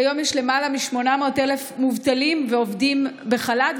כיום יש למעלה מ-800,000 מובטלים ועובדים בחל"ת,